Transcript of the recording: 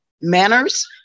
manners